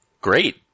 Great